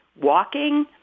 walking